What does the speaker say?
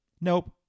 Nope